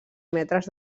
metres